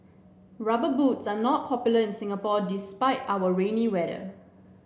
rubber boots are not popular in Singapore despite our rainy weather